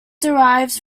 derives